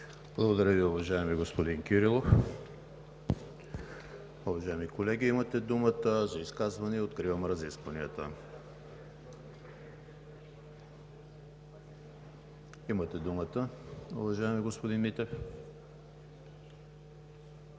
Благодаря Ви, уважаеми господин Кирилов. Уважаеми колеги, имате думата за изказвания. Откривам разискванията. Имате думата, уважаеми господин Митев. ХРИСТИАН